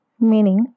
Meaning